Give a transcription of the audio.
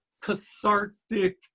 cathartic